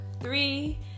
three